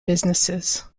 businesses